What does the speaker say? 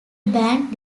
band